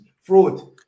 Fraud